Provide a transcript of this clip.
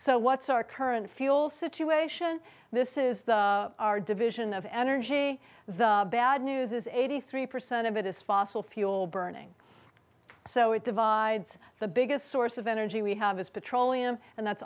so what's our current fuel situation this is the our division of energy the bad news is eighty three percent of it is fossil fuel burning so it divides the biggest source of energy we have is petroleum and that's